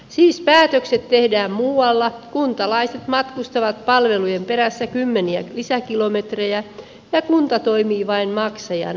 siis päätökset tehdään muualla kuntalaiset matkustavat palvelujen perässä kymmeniä lisäkilometrejä ja kunta toimii vain maksajana